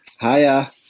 Hiya